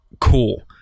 cool